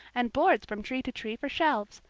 and boards from tree to tree for shelves.